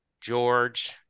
George